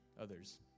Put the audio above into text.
others